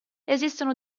esistono